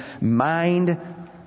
mind